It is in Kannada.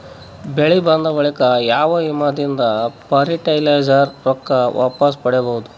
ಬೆಳಿ ಬಂದ ಬಳಿಕ ಯಾವ ವಿಮಾ ದಿಂದ ಫರಟಿಲೈಜರ ರೊಕ್ಕ ವಾಪಸ್ ಪಡಿಬಹುದು?